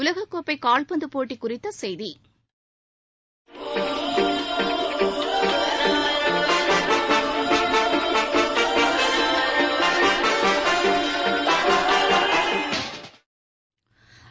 உலகக்கோப்பை கால்பந்து போட்டி குறித்த செய்திகள்